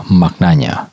maknanya